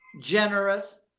generous